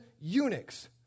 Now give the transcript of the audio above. eunuchs